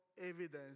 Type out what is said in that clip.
evidence